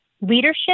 leadership